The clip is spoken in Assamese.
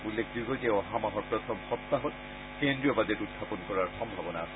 উল্লেখযোগ্য যে অহা মাহৰ প্ৰথম সপ্তাহত কেন্দ্ৰীয় বাজেট উত্থাপন কৰাৰ সম্ভাৱনা আছে